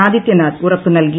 ആദിത്യനാഥ് ഉറപ്പ് നൽകി